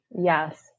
Yes